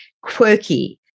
quirky